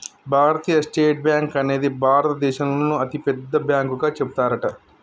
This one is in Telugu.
భారతీయ స్టేట్ బ్యాంక్ అనేది భారత దేశంలోనే అతి పెద్ద బ్యాంకు గా చెబుతారట